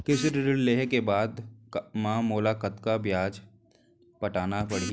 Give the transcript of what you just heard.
कृषि ऋण लेहे के बाद म मोला कतना ब्याज पटाना पड़ही?